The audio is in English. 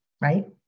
right